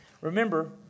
Remember